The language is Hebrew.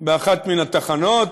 באחת מן התחנות.